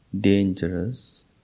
dangerous